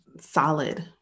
solid